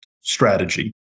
strategy